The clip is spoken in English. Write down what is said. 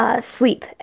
Sleep